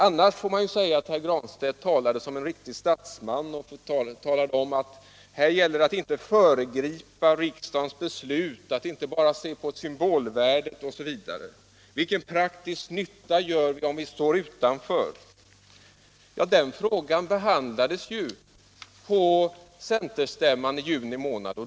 Annars får man säga att herr Granstedt talade som en riktig statsman och klargjorde att här gäller det att inte föregripa riksdagens beslut, att inte bara se till symbolvärdet osv. Och han frågade: Vilken praktisk nytta gör vi om vi står utanför IDB? Ja, den frågan behandlades ju på centerstämman i juni månad.